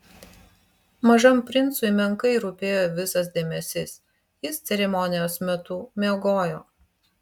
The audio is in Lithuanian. mažajam princui menkai rūpėjo visas dėmesys jis ceremonijos metu miegojo